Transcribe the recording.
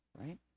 right